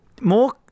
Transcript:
more